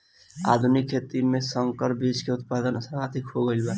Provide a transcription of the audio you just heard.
आधुनिक खेती में संकर बीज के उत्पादन सर्वाधिक हो गईल बा